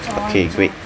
okay great